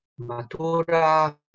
Matura